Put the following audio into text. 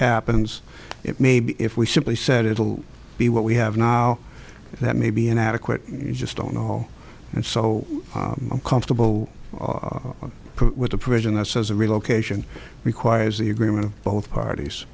happens it may be if we simply said it will be what we have now that may be inadequate you just don't know and so i'm comfortable with the provision that says a relocation requires the agreement of both parties